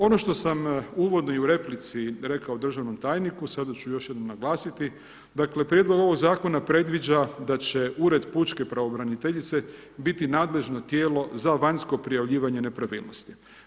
Ono što sam uvodno i u replici rekao državnom tajniku sada ću još jednom naglasiti, dakle prijedlog ovog zakona predviđa da će ured pučke pravobraniteljice biti nadležno tijelo za vanjsko prijavljivanje nepravilnosti.